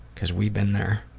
because we've been there.